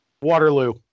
Waterloo